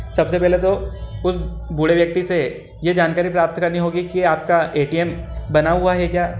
सबसे पहले तो उस बूढ़े व्यक्ति से ये जानकारी प्राप्त करनी होगी कि आपका ए टी एम बना हुआ है क्या